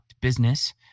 business